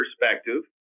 perspective